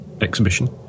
exhibition